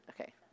Okay